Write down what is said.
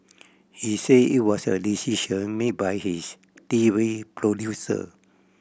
he said it was a decision made by his T V producer